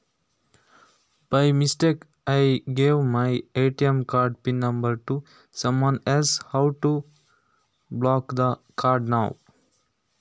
By mistake ನಲ್ಲಿ ನಾನು ನನ್ನ ಎ.ಟಿ.ಎಂ ಕಾರ್ಡ್ ನ ಪಿನ್ ನಂಬರ್ ಬೇರೆಯವರಿಗೆ ಹೇಳಿಕೊಟ್ಟೆ ಕಾರ್ಡನ್ನು ಈಗ ಹೇಗೆ ಬ್ಲಾಕ್ ಮಾಡುವುದು?